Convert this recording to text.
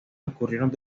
ocurrieron